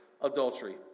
adultery